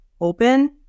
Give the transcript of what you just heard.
open